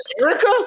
Erica